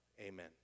Amen